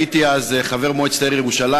הייתי אז חבר מועצת העיר ירושלים.